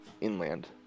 inland